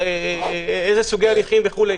אילו סוגי הליכים וכו'.